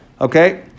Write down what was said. Okay